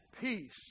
Peace